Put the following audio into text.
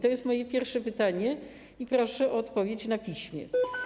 To jest moje pierwsze pytanie i proszę o odpowiedź na piśmie.